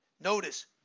Notice